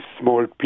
small